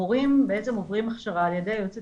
המורים עוברים הכשרה על ידי היועצת